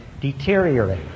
deteriorate